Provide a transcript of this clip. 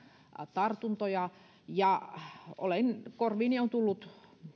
tartuntoja ja korviini on tullut